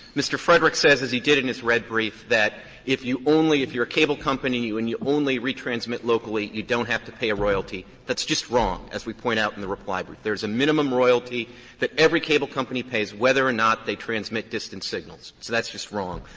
mr. frederick says, as he did in his red brief, that if you only if you are a cable company and you only retransmit locally, you don't have to pay a royalty. that is just wrong, as we point out in the reply brief. there is a minimum royalty that every cable company pays whether or not they transmit distance signals. so that is just wrong.